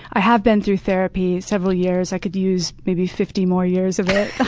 i have been through therapy several years. i could use maybe fifty more years of it.